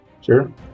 Sure